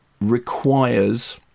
requires